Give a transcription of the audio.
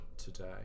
Today